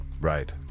Right